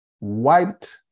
wiped